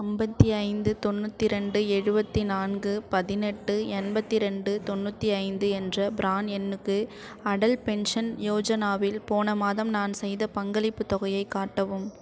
ஐம்பத்தி ஐந்து தொண்ணூற்றி ரெண்டு எழுபத்தி நான்கு பதினெட்டு எண்பத்து ரெண்டு தொண்ணூற்றி ஐந்து என்ற ப்ரான் எண்ணுக்கு அடல் பென்ஷன் யோஜனாவில் போன மாதம் நான் செய்த பங்களிப்புத் தொகையைக் காட்டவும்